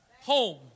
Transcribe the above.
home